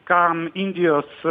kam indijos